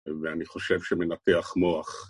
ואני חושב שמנתח מוח.